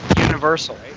Universal